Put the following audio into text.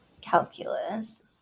calculus